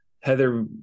Heather